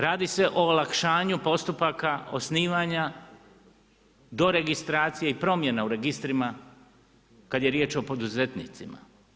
Radi se o olakšanju postupaka, osnivanja, do registracije i promjene u registrima kada je riječ o poduzetnicima.